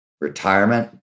Retirement